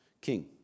king